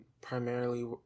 Primarily